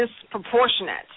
disproportionate